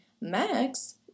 Max